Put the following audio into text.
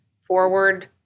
forward